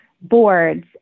boards